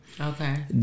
Okay